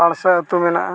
ᱯᱟᱲᱥᱮ ᱟᱛᱳ ᱢᱮᱱᱟᱜᱼᱟ